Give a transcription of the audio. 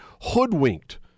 hoodwinked